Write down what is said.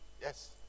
Yes